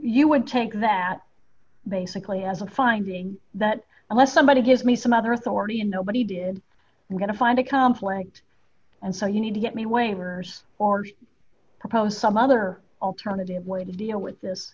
you would take that basically as a finding that unless somebody gives me some other authority and nobody did i'm going to find a complex and so you need to get me waivers for propose some other alternative way to deal with this